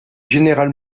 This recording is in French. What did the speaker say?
général